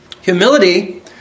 Humility